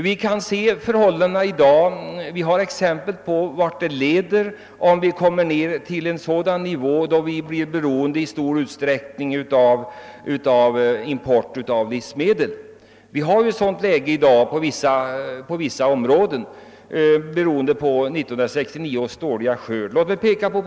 Om vi ser på förhållandena i dag kan vi lätt finna exempel på varthän det leder om vi i vårt land i alltför stor utsträckning blir beroende av import av livsmedel. I fråga om vissa produkter är vi i dag på grund av 1969 års dåliga skörd hänvisade till import.